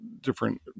different